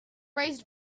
raised